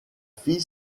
fille